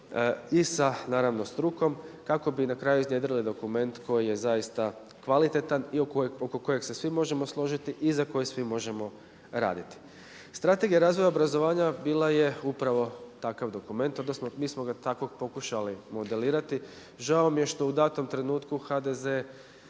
i sa strukom kako bi na kraju iznjedrili dokument koji je zaista kvalitetan i oko kojeg se svi možemo složiti i za koji svi možemo raditi. Strategija razvoja obrazovanja bila je upravo takav dokument odnosno mi smo ga takvog pokušali modelirati. Žao mi je što u datom trenutku HDZ